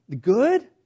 good